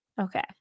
Okay